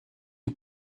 die